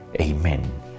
Amen